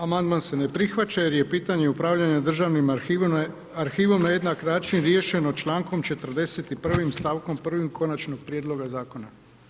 Amandman se ne prihvaća jer je pitanje upravljanja Državnim arhivom na jednak način riješeno člankom 41. stavkom 1. Konačnog prijedloga Zakona.